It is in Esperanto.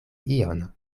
ion